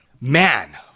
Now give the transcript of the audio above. Man